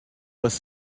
was